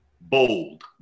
Bold